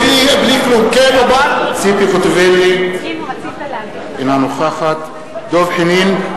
נגד ציפי חוטובלי, אינה נוכחת דב חנין,